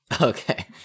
Okay